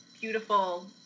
beautiful